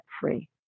free